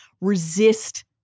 resist